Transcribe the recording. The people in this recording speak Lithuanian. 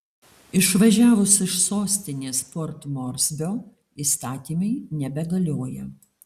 išvažiavus iš sostinės port morsbio įstatymai nebegalioja